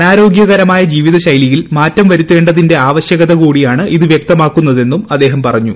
അനാരോഗ്യകരമായ ജീവിതശൈലിയിൽ മാറ്റം വരുത്തേണ്ടതിന്റെ ആവശ്യകത കൂടിയാണ് ഇത് വ്യക്തമാക്കുന്നതെന്നും അദ്ദേഹം പറഞ്ഞു